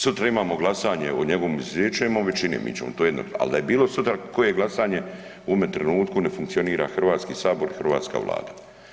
Sutra imamo glasanje o njegovom izuzeću imamo većine, mi ćemo to, ali da je bilo sutra koje glasanje u ovome trenutku ne funkcionira Hrvatski sabor i hrvatska Vlada.